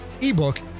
ebook